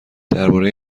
درباره